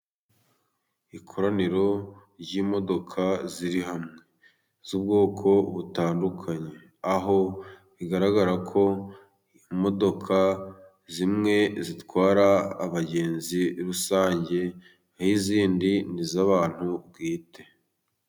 Ikoraniro ry'imodoka ziri hamwe, z'ubwoko butandukanye ,aho bigaragara ko imodoka zimwe zitwara abagenzi rusange naho izindi niz'abantu bwite.